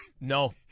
No